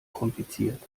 kompliziert